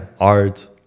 art